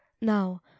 Now